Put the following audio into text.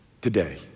today